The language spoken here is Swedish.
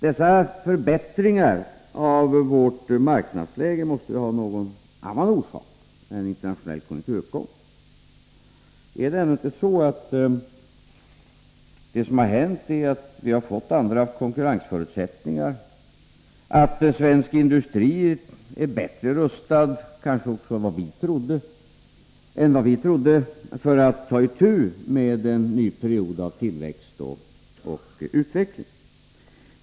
Dessa förbättringar av vårt marknadsläge måste ju ha någon annan orsak än en internationell konjunkturuppgång. Är det ändå inte så att det som har hänt är att vi har fått andra konkurrensförutsättningar, att svensk industri är bättre rustad än ni trodde — kanske också bättre rustad än vi trodde — för att ta itu med en ny period av tillväxt och utveckling?